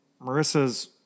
Marissa's